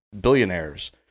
billionaires